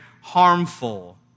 harmful